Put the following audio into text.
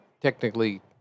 technically